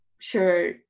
sure